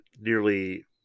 nearly